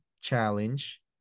challenge